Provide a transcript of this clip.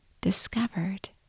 discovered